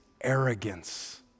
arrogance